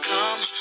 Come